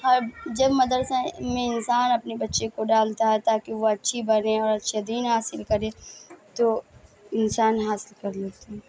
اور جب مدرسہ میں انسان اپنے بچے کو ڈالتا ہے تاکہ وہ اچھی بنے اور اچھے دین حاصل کرے تو انسان حاصل کر لیتے ہیں